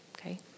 okay